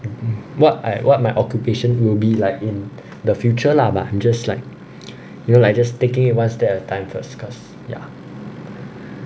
what I what my occupation will be like in the future lah but just like you know like just taking it one step at a time first because ya